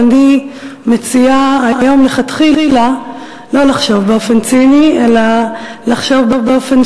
אבל אני מציעה היום לכתחילה לא לחשוב באופן ציני אלא לחשוב באופן